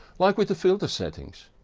like with the filter settings.